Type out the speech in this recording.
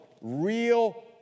real